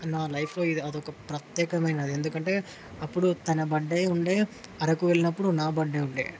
నా లైఫ్లో ఇది అదొక ప్రత్యేకమైనది ఎందుకంటే అప్పుడు తన బర్త్డే ఉండే అరకు వెళ్ళినప్పుడు నా బర్త్డే ఉండే